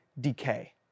decay